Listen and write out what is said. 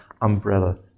umbrella